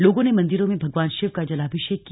लोगों ने मंदिरों में भगवान शिव का जलाभिषेक किया